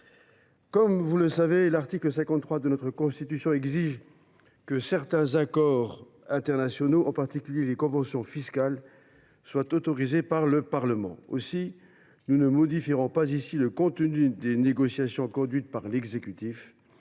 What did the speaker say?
Comme vous le savez, l’article 53 de notre Constitution exige que certains accords internationaux, en particulier les conventions fiscales, soient autorisés par le Parlement. Sans modifier le contenu des négociations conduites par l’exécutif,